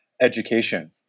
education